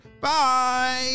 Bye